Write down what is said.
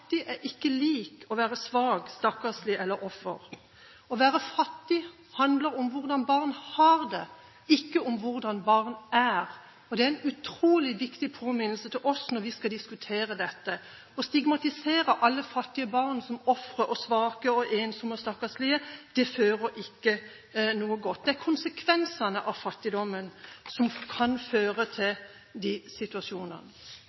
fattig er ikke lik det å være svak, stakkarslig eller offer. Å være fattig handler om hvordan barn har det, ikke om hvordan barn er. Det er en utrolig viktig påminnelse til oss når vi skal diskutere dette. Å stigmatisere alle fattige barn som ofre, svake, ensomme og stakkarslige fører ikke til noe godt. Det er konsekvensene av fattigdommen som kan føre